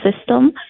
system